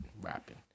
rapping